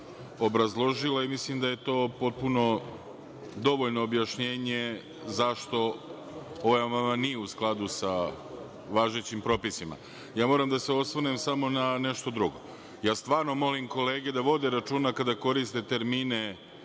obrazložila i mislim da je to potpuno dovoljno objašnjenje zašto ovaj amandman nije u skladu sa važećim propisima. Moram da se osvrnem samo na nešto drugo. Ja stvarno molim kolege da vode računa kada koriste termine